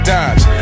Dimes